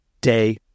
day